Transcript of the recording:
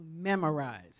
memorize